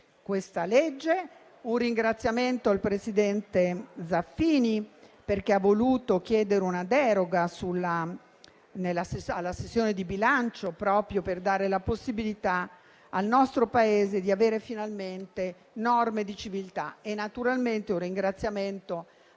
Un ringraziamento al presidente Zaffini, perché ha voluto chiedere una deroga alla sessione di bilancio, proprio per dare la possibilità al nostro Paese di avere finalmente norme di civiltà. Naturalmente rivolgo un ringraziamento